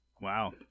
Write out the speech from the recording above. Wow